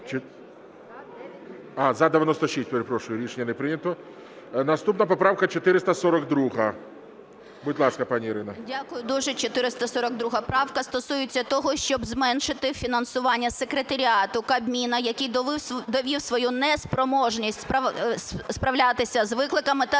А, за – 96, перепрошую. Рішення не прийнято. Наступна поправка 442. Будь ласка, пані Ірино. 13:44:01 ФРІЗ І.В. Дякую дуже. 442 правка стосується того, щоб зменшити фінансування Секретаріату Кабміну, який довів свою неспроможність справлятися з викликами та